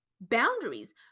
boundaries